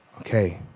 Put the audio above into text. okay